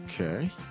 Okay